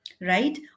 right